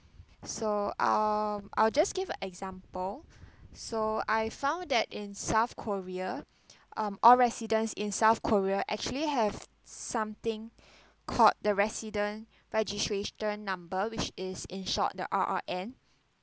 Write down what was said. so um I'll just give a example so I found that in south korea um all residents in south korea actually have something called the resident registration number which is in short the R_R_N